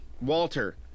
Walter